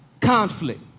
conflict